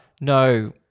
No